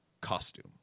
costume